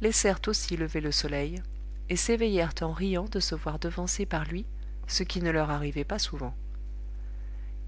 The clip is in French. laissèrent aussi lever le soleil et s'éveillèrent en riant de se voir devancer par lui ce qui ne leur arrivait pas souvent